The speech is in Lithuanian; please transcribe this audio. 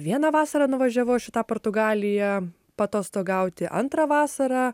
vieną vasarą nuvažiavau aš į tą portugaliją paatostogauti antrą vasarą